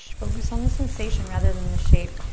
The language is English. focus on the sensation rather than the shape.